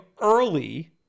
early